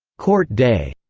court day,